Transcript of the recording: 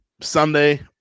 Sunday